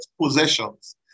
possessions